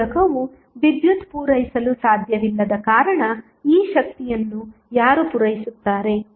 ಪ್ರತಿರೋಧಕವು ವಿದ್ಯುತ್ ಪೂರೈಸಲು ಸಾಧ್ಯವಿಲ್ಲದ ಕಾರಣ ಈ ಶಕ್ತಿಯನ್ನು ಯಾರು ಪೂರೈಸುತ್ತಾರೆ